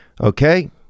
Okay